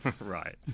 Right